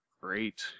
great